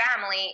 family